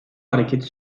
hareketi